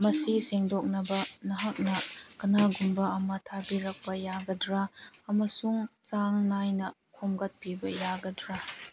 ꯃꯁꯤ ꯁꯦꯡꯗꯣꯛꯅꯕ ꯅꯍꯥꯛꯅ ꯀꯅꯥꯒꯨꯝꯕ ꯑꯃ ꯊꯥꯕꯤꯔꯛꯄ ꯌꯥꯒꯗ꯭ꯔꯥ ꯑꯃꯁꯨꯡ ꯆꯥꯡ ꯅꯥꯏꯅ ꯈꯣꯝꯒꯠꯄꯤꯕ ꯌꯥꯒꯗ꯭ꯔꯥ